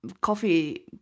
coffee